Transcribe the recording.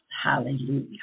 Hallelujah